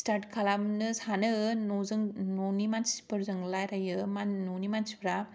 start खालामनो सानो न'जों न'नि मानसिफोरजों लायरायो मान न'नि मानसिफोरा